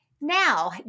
Now